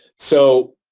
so,